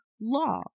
law